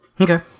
Okay